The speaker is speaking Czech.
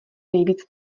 nejvíc